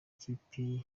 kipe